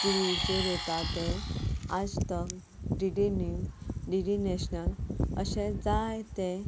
टिवीचेर येता तें आज तक D D news D D national अशे जायते